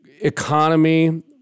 economy